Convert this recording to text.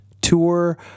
Tour